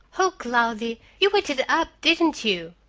o cloudy! you waited up, didn't you?